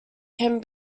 can